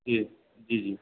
जी जी जी